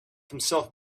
himself